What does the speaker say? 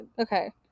Okay